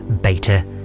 Beta